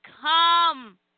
come